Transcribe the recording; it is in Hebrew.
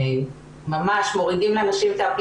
זה טוב מאוד שהרשויות המקומיות והמערך הסוציאלי ימשיכו לפעול,